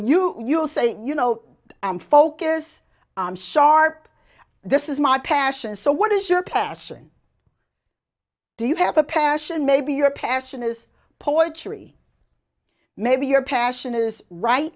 you you'll say you know i'm focus on sharp this is my passion so what is your passion do you have a passion maybe your passion is poetry maybe your passion is right